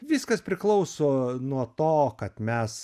viskas priklauso nuo to kad mes